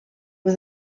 was